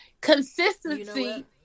Consistency